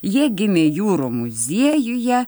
jie gimė jūrų muziejuje